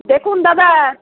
দেখুন দাদা